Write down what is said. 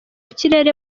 kirere